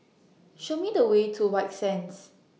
Show Me The Way to White Sands